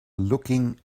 looking